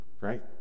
right